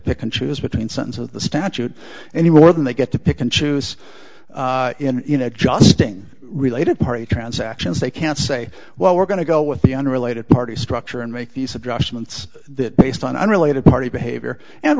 pick and choose between sentence of the statute anywhere then they get to pick and choose in adjusting related party transactions they can't say well we're going to go with the unrelated party structure and make these adjustments that based on unrelated party behavior and